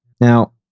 Now